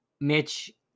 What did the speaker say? Mitch